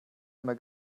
immer